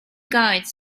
guides